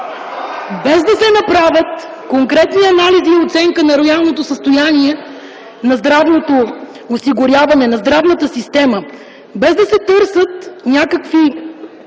Без да се направят конкретни анализи, оценка на реалното състояние на здравното осигуряване, на здравната система и преценка